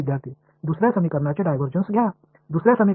மாணவர் இரண்டாவது சமன்பாட்டின் டைவர்ஜன்ஸ் எடுத்துக் கொள்ளுங்கள்